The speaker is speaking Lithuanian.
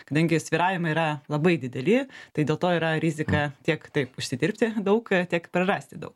kadangi svyravimai yra labai dideli tai dėl to yra rizika tiek taip užsidirbti daug tiek prarasti daug